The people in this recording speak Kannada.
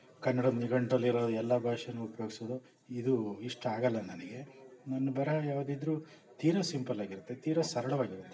ಕನ್ನಡ ನಿಘಂಟಲ್ಲಿರೋ ಎಲ್ಲ ಭಾಷೆನು ಉಪಯೋಗ್ಸೋದು ಇದು ಇಷ್ಟ ಆಗಲ್ಲ ನನಗೆ ನನ್ನ ಬರಹ ಯಾವುದಿದ್ರೂ ತೀರಾ ಸಿಂಪಲ್ಲಾಗಿರತ್ತೆ ತೀರಾ ಸರಳವಾಗಿರತ್ತೆ